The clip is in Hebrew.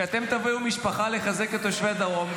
כשאתם תביאו משפחה לחזק את תושבי הדרום,